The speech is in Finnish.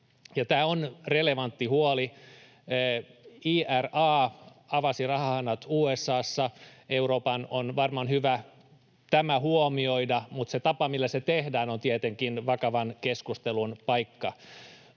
tämä on relevantti huoli. IRA avasi rahahanat USA:ssa. Euroopan on varmaan hyvä tämä huomioida, mutta se tapa, millä se tehdään, on tietenkin vakavan keskustelun paikka.